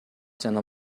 жана